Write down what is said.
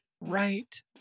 Right